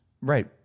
Right